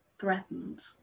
threatened